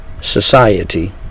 Society